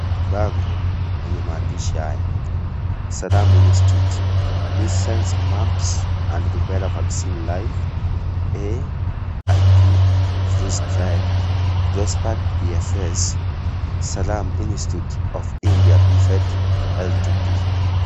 Bango lenye maandishi haya (cs)Serum Institute, Measles, Mumps and Rubella Vaccine live A.I.P,freeze dried, tresivac PFS serum institute of India PVT Ltd(cs).